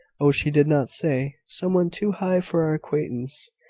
oh, she did not say some one too high for our acquaintance,